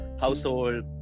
household